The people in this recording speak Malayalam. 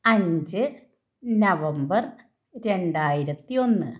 അഞ്ച് നവംബര് രണ്ടായിരത്തി ഒന്ന്